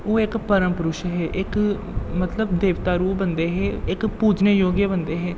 ओह् इक परम पुरश ऐ इक मतलब देवता रूह् बंदे हे इक पूजने योग्य बंदे हे